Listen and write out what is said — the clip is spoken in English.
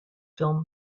film